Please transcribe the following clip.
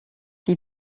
die